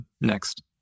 next